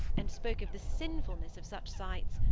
and spoke of the sinfulness of such sights,